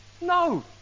No